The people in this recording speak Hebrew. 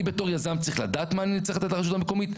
אני בתור יזם צריך לדעת מה אני צריך לתת לרשות המקומית.